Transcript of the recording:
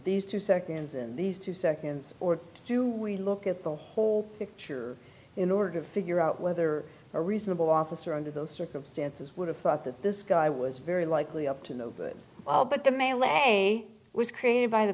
these two seconds and these two seconds or do we look at the whole picture in order to figure out whether a reasonable officer d under those circumstances would have thought that this guy was very likely up to no good but the melee was created by the